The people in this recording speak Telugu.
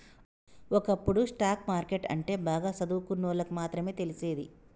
ఒకప్పుడు స్టాక్ మార్కెట్టు అంటే బాగా చదువుకున్నోళ్ళకి మాత్రమే తెలిసేది